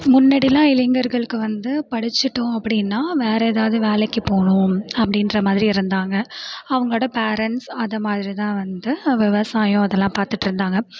முன்னாடியெலாம் இளைஞர்களுக்கு வந்து படிச்சுட்டோம் அப்படின்னா வேறு ஏதாவது வேலைக்கு போகணும் அப்படின்ற மாதிரி இருந்தாங்க அவங்களோட பேரன்ட்ஸ் அது மாதிரிதான் வந்து விவசாயம் இதெல்லாம் பார்த்துட்டு இருந்தாங்க